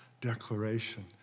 declaration